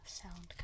sound